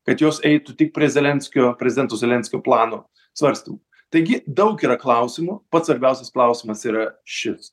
kad jos eitų tik prie zelenskio prezidento zelenskio plano svarsto taigi daug yra klausimų pats svarbiausias klausimas yra šis